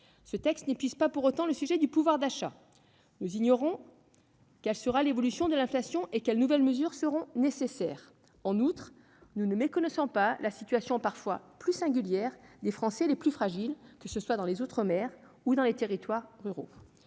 Ce texte n'épuise pourtant pas le sujet du pouvoir d'achat. Nous ignorons comment évoluera l'inflation et nous ne savons pas quelles nouvelles mesures seront nécessaires. En outre, nous ne méconnaissons pas la situation singulière des Français les plus fragiles, que ce soit dans les outre-mer ou dans les territoires ruraux.